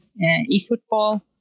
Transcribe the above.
e-football